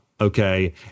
okay